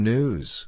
News